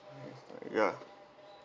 ya